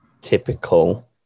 typical